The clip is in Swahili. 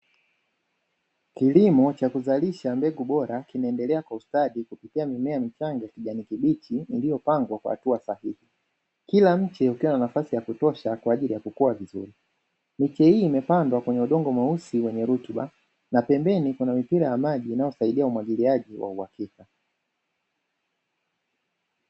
Kilimo cha kuzalisha mbegu bora kimeendelea kwa ustadi kupitia mimea michanga kijani kibichi iliyopangwa kwa hatua sahihi, kila mche ukiwa na nafasi ya kutosha kwa ajili ya kukua vizuri; miche hii imepandwa kwenye udongo mweusi wenye rutuba na pembeni kuna mipira ya maji inayosaidia umwagiliaji wa uhakika.